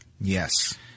Yes